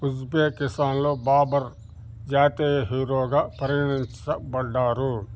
ఉజ్బెకిసాన్లో బాబర్ జాతీయ హీరోగా పరిగణించబడ్డారు